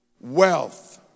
wealth